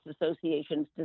associations